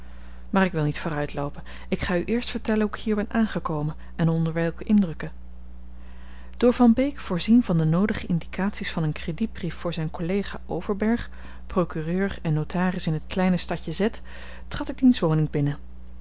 maar ik wil niet vooruitloopen ik ga u eerst vertellen hoe ik hier ben aangekomen en onder welke indrukken door van beek voorzien van de noodige indicaties van een credietbrief voor zijn collega overberg procureur en notaris in het kleine stadje z trad ik diens woning binnen